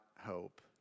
hope